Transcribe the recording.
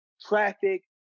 traffic